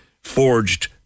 forged